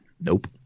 Nope